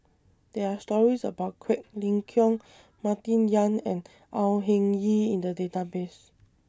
There Are stories about Quek Ling Kiong Martin Yan and Au Hing Yee in The Database